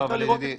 ידידי,